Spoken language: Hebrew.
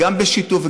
גם בשיתוף,